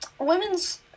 women's